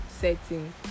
setting